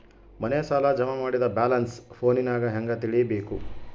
ಮನೆ ಸಾಲ ಜಮಾ ಮಾಡಿದ ಬ್ಯಾಲೆನ್ಸ್ ಫೋನಿನಾಗ ಹೆಂಗ ತಿಳೇಬೇಕು?